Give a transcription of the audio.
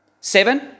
Seven